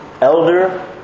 elder